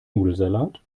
nudelsalat